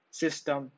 system